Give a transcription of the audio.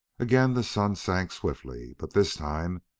again the sun sank swiftly. but this time,